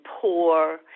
poor